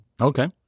Okay